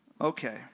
Okay